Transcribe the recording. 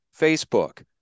Facebook